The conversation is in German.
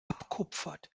abkupfert